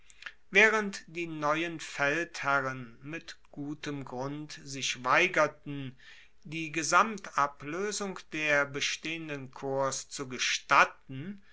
waehrend die neuen feldherren mit gutem grund sich weigerten die gesamtabloesung der bestehenden korps zu gestatten